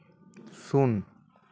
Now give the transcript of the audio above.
ᱥᱩᱱ